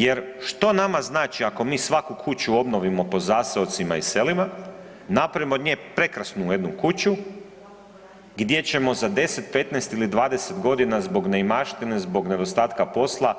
Jer što nama znači ako mi svaku kuću obnovimo po zaseocima i selima, napravimo od nje prekrasnu jednu kuću gdje ćemo za 10, 15 ili 20 godina zbog neimaštine, zbog nedostatka posla